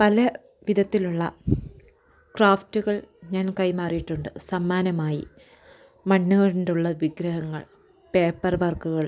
പല വിധത്തിലുള്ള ക്രാഫ്റ്റുകൾ ഞാൻ കൈമാറിയിട്ടുണ്ട് സമ്മാനമായി മണ്ണ് കൊണ്ടുള്ള വിഗ്രഹങ്ങൾ പേപ്പർ വർക്കുകൾ